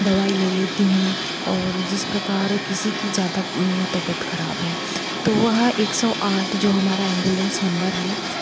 दवाई ले लेती हैं और जिस प्रकार किसी की ज़्यादा तबीयत ख़राब है तो वह एक सौ आठ जो हमारा एम्बुलेन्स नम्बर है